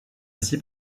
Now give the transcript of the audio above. aussi